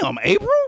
April